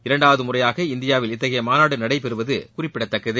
இரண்டாவது முறையாக இந்தியாவில் இத்தகைய மாநாடு நடைபெறுவது குறிப்பிடத்தக்கது